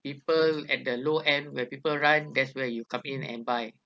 people at the low end where people run that's where you come in and buy